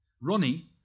Ronnie